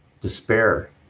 despair